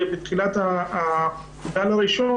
בתחילת הגל הראשון,